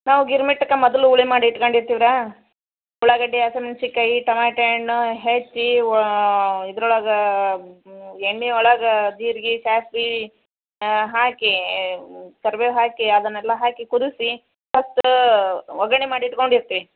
ನಾವು ಗಿರ್ಮಿಟ್ಟಕ್ಕೆ ಮೊದಲು ಹುಳಿ ಮಾಡಿ ಇಡ್ಕಂಡು ಇರ್ತೀವ್ರಿ ಉಳ್ಳಾಗಡ್ಡೆ ಹಸಿ ಮೆಣಸಿನ್ಕಾಯಿ ಟಮಾಟೆ ಹಣ್ ಹೆಚ್ಚಿ ಇದ್ರೊಳಗೆ ಎಣ್ಣೆ ಒಳಗೆ ಜಿರ್ಗೆ ಸಾಸ್ವೆ ಹಾಕಿ ಕರ್ಬೇವು ಹಾಕಿ ಅದನ್ನೆಲ್ಲ ಹಾಕಿ ಕುದಿಸಿ ಮತ್ತೆ ಒಗ್ಗರ್ಣೆ ಮಾಡಿ ಇಟ್ಕೊಂಡಿರ್ತೀವಿ